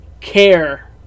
care